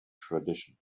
tradition